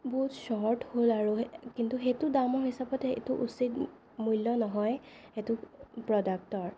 বহুত চৰ্ট হ'ল আৰু কিন্তু সেইটো দামৰ হিচাপত এইটো উচিত মূল্য নহয় সেইটো প্ৰডাক্টৰ